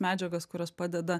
medžiagas kurios padeda